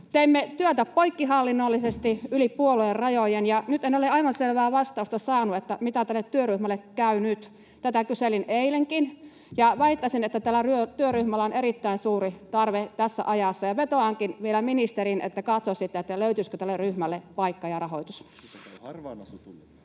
Teimme työtä poikkihallinnollisesti, yli puoluerajojen, ja nyt en ole aivan selvää vastausta saanut, mitä tälle työryhmälle käy nyt. Tätä kyselin eilenkin. Väittäisin, että tällä työryhmällä on erittäin suuri tarve tässä ajassa, ja vetoankin vielä ministeriin, että katsoisitte, löytyisikö tälle ryhmälle paikka ja rahoitus. [Speech 63]